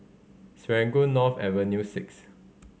Serangoon North Avenue Six